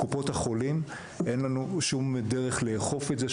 קופות החולים אין לנו שום דרך לאכוף את זה,